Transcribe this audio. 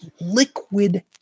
liquid